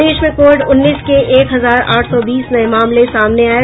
प्रदेश में कोविड उन्नीस के एक हजार आठ सौ बीस नये मामले सामने आये